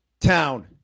town